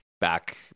back